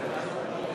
היושב-ראש,